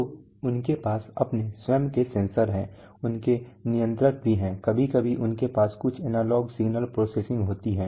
तो उनके पास अपने स्वयं के सेंसर हैं उनके नियंत्रक भी हैं कभी कभी उनके पास कुछ एनालॉग सिग्नल प्रोसेसिंग होती है